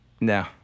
No